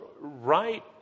right